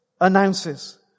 announces